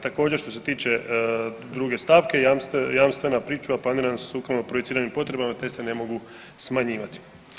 Također, što se tiče druge stavke, jamstvena pričuva planirana su sukladno projiciranim potrebama te se ne mogu smanjivati.